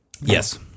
Yes